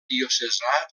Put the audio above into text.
diocesà